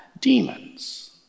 demons